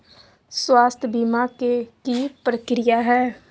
स्वास्थ बीमा के की प्रक्रिया है?